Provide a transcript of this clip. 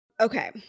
Okay